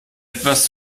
etwas